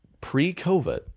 Pre-COVID